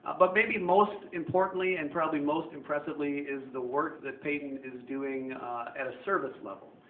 but maybe most importantly and probably most impressively is the work that peyton is doing at a service level.